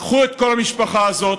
קחו את כל המשפחה הזאת,